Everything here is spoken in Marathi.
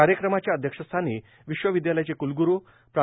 कार्यक्रमाच्या अध्यक्षस्थानी विश्वविद्यालयाचे कुलगुरू प्रो